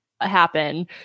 happen